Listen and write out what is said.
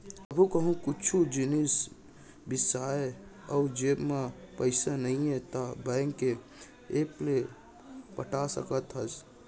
कभू कहूँ कुछु जिनिस बिसाए अउ जेब म पइसा नइये त बेंक के ऐप ले पटा सकत हस